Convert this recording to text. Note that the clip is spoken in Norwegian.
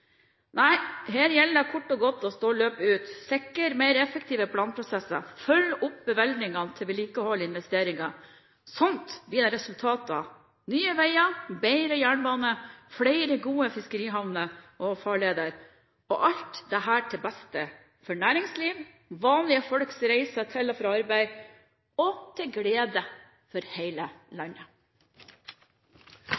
kort og godt å stå løpet ut, sikre mer effektive planprosesser og følge opp bevilgningene til vedlikehold og investeringer. Sånt blir det resultater av – nye veier, bedre jernbane, flere gode fiskerihavner og farleder, alt dette til beste for næringsliv og vanlige folks reise til og fra arbeid og til glede for hele